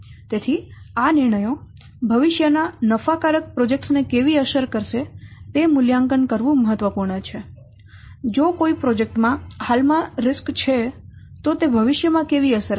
તેથી આ નિર્ણયો ભવિષ્ય ના નફાકારક પ્રોજેક્ટ ને કેવી અસર કરશે તે મૂલ્યાંકન કરવું મહત્વપૂર્ણ છે જો કોઈ પ્રોજેક્ટ માં હાલમાં જોખમ છે તો તે ભવિષ્યમાં કેવી અસર કરશે